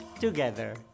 together